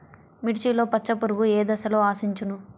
మిర్చిలో పచ్చ పురుగు ఏ దశలో ఆశించును?